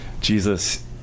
jesus